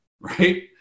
Right